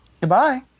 Goodbye